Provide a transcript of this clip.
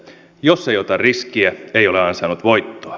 jos ei ota riskiä ei ole ansainnut voittoa